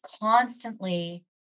constantly